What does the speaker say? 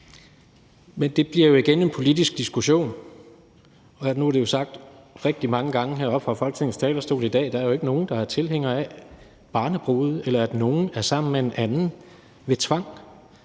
Men det bliver jo igen en politisk diskussion. Nu er det jo sagt rigtig mange gange heroppe fra Folketingets talerstol i dag: Der er jo ikke nogen, der er tilhænger af barnebrude eller af, at nogen er sammen med en anden ved tvang.